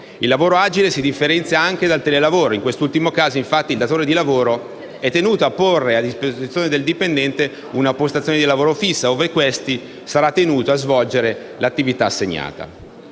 Il lavoro agile si differenzia anche dal telelavoro; in quest’ultimo caso, infatti, il datore di lavoro è tenuto a porre a disposizione del dipendente una postazione di lavoro fissa ove questi sarà tenuto a svolgere l’attività assegnata.